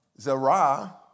Zerah